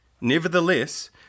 Nevertheless